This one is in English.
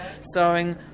starring